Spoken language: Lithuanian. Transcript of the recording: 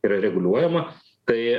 yra reguliuojama tai